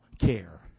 care